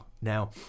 Now